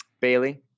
Bailey